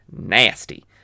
nasty